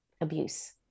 abuse